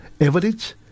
average